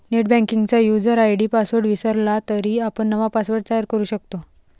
नेटबँकिंगचा user ID password विसरला तरी आपण नवा पासवर्ड तयार करू शकतो